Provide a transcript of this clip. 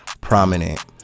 prominent